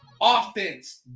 offense